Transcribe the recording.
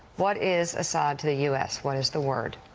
what is assad to the u s. what is the word